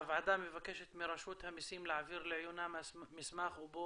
הוועדה מבקשת מרשות המסים להעביר עיונה מסמך ובו